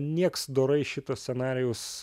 nieks dorai šito scenarijaus